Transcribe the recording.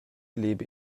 lebe